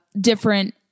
different